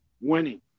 winning